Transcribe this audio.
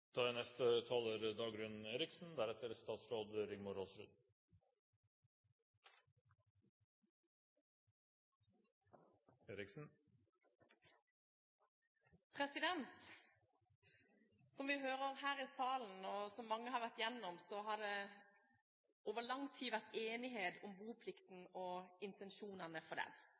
Som vi hører her i salen, og som mange har vært igjennom, har det over lang tid vært enighet om boplikten og intensjonene med den.